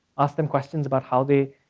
ask them questions about how they